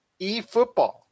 eFootball